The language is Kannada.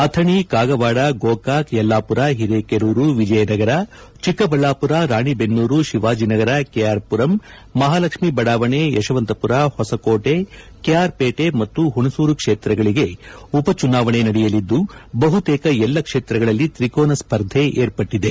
ಅಥಣಿ ಕಾಗವಾಡ ಗೋಕಾಕ್ ಯಲ್ಲಾಪುರ ಹಿರೇಕೆರೂರು ವಿಜಯನಗರ ಚಿಕ್ಕಬಳ್ಯಾಪುರ ರಾಣಿಬೆನ್ನೂರು ಶಿವಾಜಿನಗರ ಕೆಆರ್ ಪುರಂ ಮಹಾಲಕ್ಷ್ಮಿ ಬಡಾವಣೆ ಯಶವಂತಪುರ ಹೊಸಕೋಟೆ ಕೆಆರ್ ಪೇಟೆ ಮತ್ತು ಹುಣಸೂರು ಕ್ಷೇತ್ರಗಳಿಗೆ ಉಪಚುನಾವಣೆ ನಡೆಯಲಿದ್ದು ಬಹುತೇಕ ಎಲ್ಲಾ ಕ್ಷೇತ್ರಗಳಲ್ಲಿ ತ್ರಿಕೋನ ಸ್ಪರ್ಧೆ ಏರ್ಪಟ್ಟದೆ